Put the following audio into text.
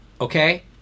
okay